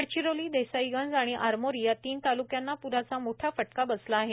गडचिरोली देसाईगंज आणि आरमोरी या तीन तालुक्यांना प्राचा मोठा फटका बसला आहे